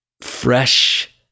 fresh